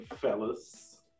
fellas